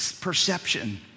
perception